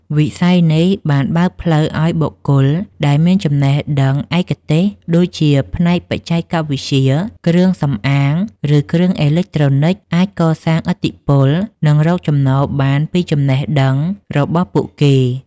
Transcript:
វិស័យនេះបានបើកផ្លូវឱ្យបុគ្គលដែលមានចំណេះដឹងឯកទេស ដូចជាផ្នែកបច្ចេកវិទ្យា គ្រឿងសម្អាង ឬគ្រឿងអេឡិចត្រូនិច អាចកសាងឥទ្ធិពល និងរកចំណូលបានពីចំណេះដឹងរបស់ពួកគេ។